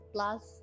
Plus